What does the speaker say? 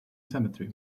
cemetery